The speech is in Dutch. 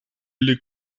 jullie